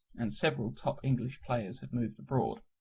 and several top english players had moved abroad.